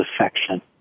affection